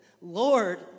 Lord